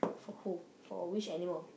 for who for which animal